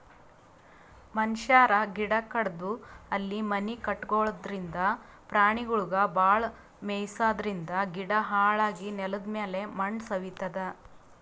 ಮನಶ್ಯಾರ್ ಗಿಡ ಕಡದು ಅಲ್ಲಿ ಮನಿ ಕಟಗೊಳದ್ರಿಂದ, ಪ್ರಾಣಿಗೊಳಿಗ್ ಭಾಳ್ ಮೆಯ್ಸಾದ್ರಿನ್ದ ಗಿಡ ಹಾಳಾಗಿ ನೆಲದಮ್ಯಾಲ್ ಮಣ್ಣ್ ಸವಿತದ್